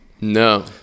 No